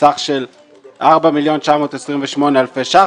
בסך של 4,928 אלפי שקלים חדשים,